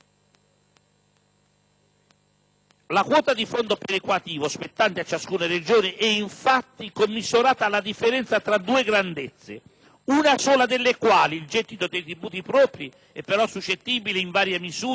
La quota di fondo perequativo spettante a ciascuna Regione è, infatti, commisurata alla differenza tra due grandezze, una sola delle quali (il gettito dei tributi propri) è però suscettibile, in varia misura, di adeguarsi